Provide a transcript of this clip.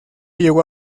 llegó